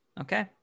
okay